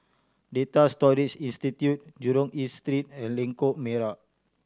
Data Storage Institute Jurong East Street and Lengkok Merak